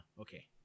okay